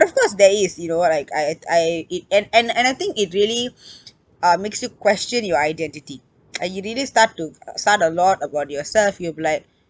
of course there is you know like I I I it and and and I think it really uh makes you question your identity uh you really start to start a lot about yourself you like